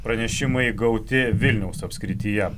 pranešimai gauti vilniaus apskrityje